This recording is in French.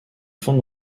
font